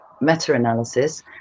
meta-analysis